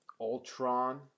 Ultron